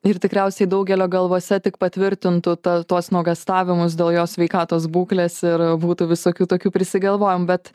ir tikriausiai daugelio galvose tik patvirtintų tą tuos nuogąstavimus dėl jo sveikatos būklės ir būtų visokių tokių prisigalvojomų bet